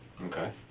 Okay